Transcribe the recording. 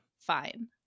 fine